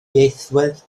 ieithwedd